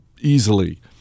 easily